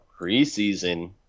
preseason